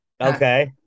Okay